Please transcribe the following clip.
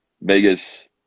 Vegas